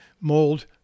mold